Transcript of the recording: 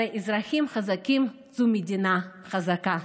הרי אזרחים חזקים הם מדינה חזקה.